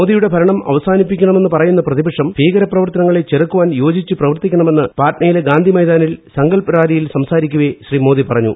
മോദിയുടെ ഭര്ണം അവസാനിപ്പിക്കണമെന്ന് പറയുന്ന പ്രതിപക്ഷം ഭീകരപ്രവർത്തനങ്ങളെ ചെറുക്കുവാൻ യോജിച്ച് പ്രവർത്തിക്കണമെന്ന് പാട്നയിലെ ഗാന്ധി മൈതാനിൽ സങ്കല്പ് റാലിയിൽ സംസാരിക്കവെ ശ്രീ മോദി പറഞ്ഞു